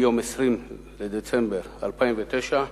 מיום 20 בדצמבר 2009,